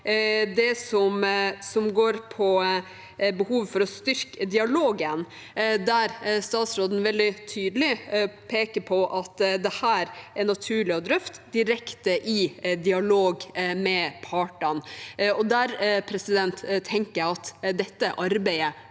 det som går på behovet for å styrke dialogen, der statsråden veldig tydelig peker på at dette er naturlig å drøfte direkte i dialog med partene. Der tenker jeg at dette arbeidet